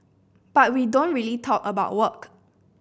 but we don't really talk about work